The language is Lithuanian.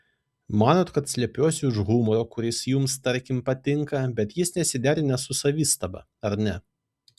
manot kad slepiuosi už humoro kuris jums tarkim patinka bet jis nesiderina su savistaba ar ne